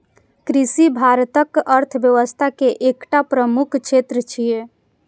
कृषि भारतक अर्थव्यवस्था के एकटा प्रमुख क्षेत्र छियै